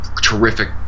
terrific